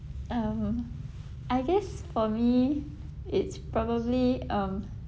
um I guess for me it's probably um